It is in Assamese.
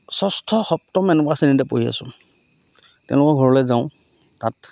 ষষ্ঠ সপ্তম এনেকুৱা শ্ৰেণীতে পঢ়ি আছোঁ তেওঁলোকৰ ঘৰলৈ যাওঁ তাত